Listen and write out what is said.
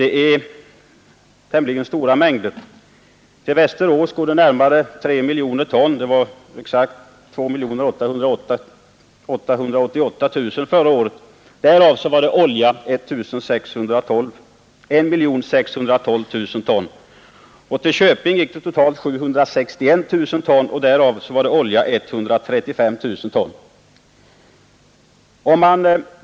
Till Västerås gick det förra året närmare 3 miljoner ton — exakt 2 888 000 ton — varav 1 612 000 ton olja. Till Köping gick totalt 761 000 ton, och därav var det 135 000 ton olja.